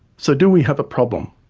so do we have a problem?